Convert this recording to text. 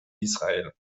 israel